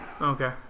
Okay